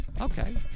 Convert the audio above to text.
Okay